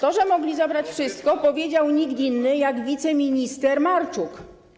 To, że mogli zabrać wszystko, powiedział nie kto inny niż wiceminister Marczuk.